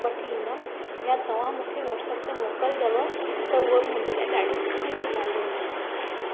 वठी ईंदमि या तव्हां मूंखे वॉट्सअप ते मोकिलंदव त उहा मुंहिंजे लाइ ॾाढी ख़ुशी जी ॻाल्हि हूंदी